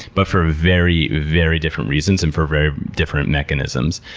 but for very, very different reasons and for very different mechanisms.